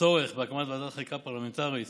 הצורך בהקמת ועדת חקירה פרלמנטרית